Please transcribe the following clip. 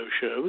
shows